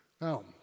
Now